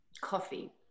Coffee